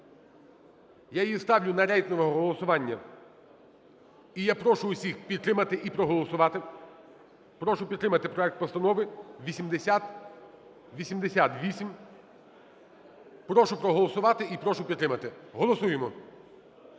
Я її ставлю на рейтингове голосування і я прошу всіх підтримати і проголосувати. Прошу підтримати проект постанови 8088. Прошу проголосувати і прошу підтримати. Голосуємо,